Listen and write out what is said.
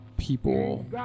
people